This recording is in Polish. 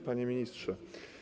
Panie Ministrze!